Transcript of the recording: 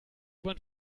bahn